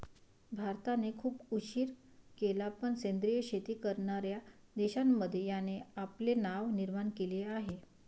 भारताने खूप उशीर केला पण सेंद्रिय शेती करणार्या देशांमध्ये याने आपले नाव निर्माण केले आहे